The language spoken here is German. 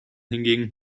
hingegen